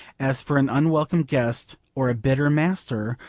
as for an unwelcome guest, or a bitter master,